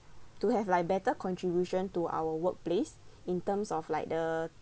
to have like better contribution to our workplace in terms of like the